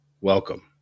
welcome